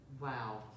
Wow